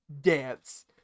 dance